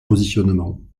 positionnement